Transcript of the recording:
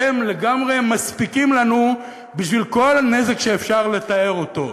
אתם לגמרי מספיקים לנו בשביל כל נזק שאפשר לתאר אותו.